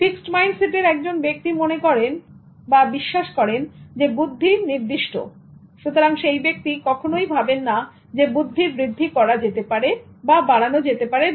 fixed mindset এর একজন ব্যক্তি মনে করেন বা বিশ্বাস করেন বুদ্ধি নির্দিষ্ট সুতরাং সেই ব্যক্তি কখনই ভাববেন না যে বুদ্ধির বৃদ্ধি করা যেতে পারে বা বাড়ানো যেতে পারে